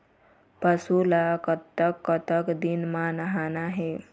पशु ला कतक कतक दिन म नहाना हे?